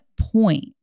point